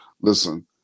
Listen